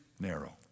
narrow